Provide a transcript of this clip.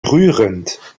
rührend